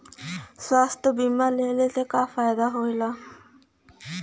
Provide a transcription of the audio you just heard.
स्वास्थ्य बीमा लेहले से का फायदा होला?